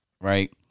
right